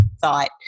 thought